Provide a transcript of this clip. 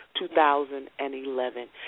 2011